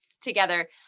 together